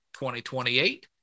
2028